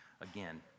again